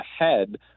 ahead